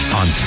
on